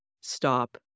stop